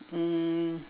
um